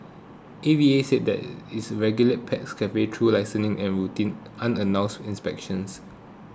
A V A said it regulates pet cafes through licensing and routine unannounced inspections